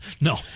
No